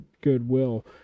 goodwill